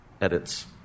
edits